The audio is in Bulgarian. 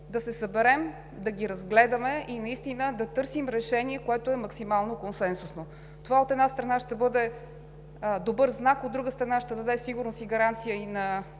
да се съберем, да ги разгледаме и наистина да търсим решение, което е максимално консенсусно. Това, от една страна, ще бъде добър знак. От друга страна, ще даде сигурност и гаранция на